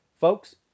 folks